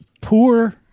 poor-